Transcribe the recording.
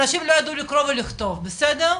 אנשים לא ידעו לקרוא ולכתוב, בסדר,